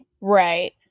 Right